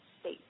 state